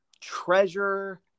treasure